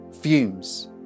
fumes